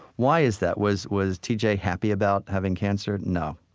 why is that? was was t j. happy about having cancer? no.